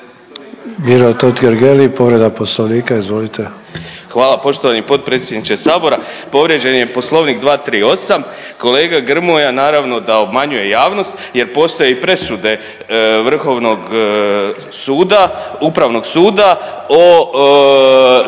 Miro Totgergeli, povreda Poslovnika, izvolite. **Totgergeli, Miro (HDZ)** Hvala poštovani predsjedniče sabora. Povrijeđen je Poslovnik 238., kolega Grmoja naravno da obmanjuje javnost jer postoje i presude Vrhovnog suda, Upravnog suda o